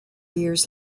years